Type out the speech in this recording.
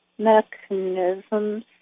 mechanisms